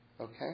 Okay